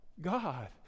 God